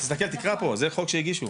תסתכל תקרא פה, זה חוק שהגישו.